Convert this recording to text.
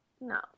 No